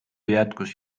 jätkus